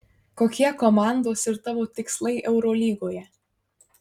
kokie komandos ir tavo tikslai eurolygoje